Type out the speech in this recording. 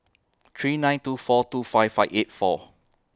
three nine two four two five five eight four